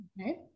okay